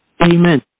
Amen